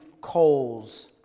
coals